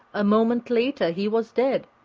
a moment later he was dead,